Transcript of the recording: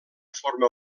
forma